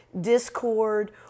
discord